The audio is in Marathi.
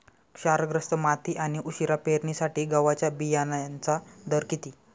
क्षारग्रस्त माती आणि उशिरा पेरणीसाठी गव्हाच्या बियाण्यांचा दर किती?